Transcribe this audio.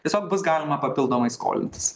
tiesiog bus galima papildomai skolintis